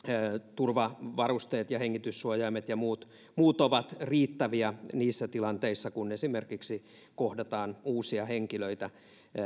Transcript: turvavarusteet ja hengityssuojaimet ja muut muut ovat riittäviä niissä tilanteissa kun esimerkiksi kohdataan uusia henkilöitä